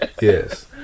yes